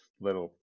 little